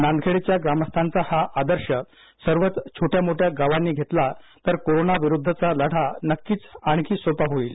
नांदखेडच्या ग्रामस्थांचा हा आदर्श सर्वच छोट्या मोठ्या गावांनी घेतला तर कोरोना विरुद्धचा हा लढा नक्कीच आणखी सोपा होईल